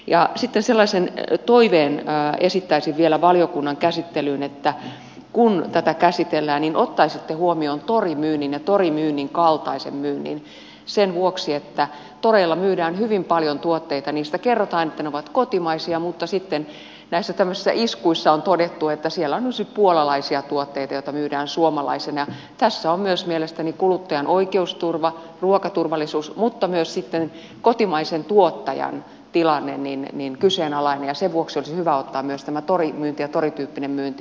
ja sitten sellaisen toiveen esittäisin vielä valiokunnan käsittelyyn että kun tätä käsitellään niin ottaisitte huomioon torimyynnin ja torimyynnin kaltaisen myynnin sen vuoksi että toreilla myydään hyvin paljon tuotteita niistä kerrotaan että ne ovat kotimaisia mutta sitten näissä tämmöisissä iskuissa on todettu että siellä on esimerkiksi puolalaisia tuotteita joita myydään suomalaisina ja tässä on myös mielestäni kuluttajan oikeusturva ruokaturvallisuus mutta myös kotimaisen tuottajan tilanne kyseenalainen ja sen vuoksi olisi hyvä ottaa myös tämä torimyynti ja torityyppinen myynti mukaan tähän aloitteeseen